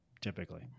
typically